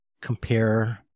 compare